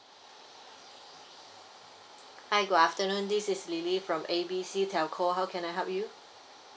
hi good afternoon this is lily from A B C telco how can I help you